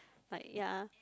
like ya